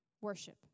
Worship